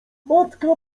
matka